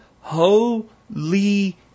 holy